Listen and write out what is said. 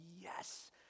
yes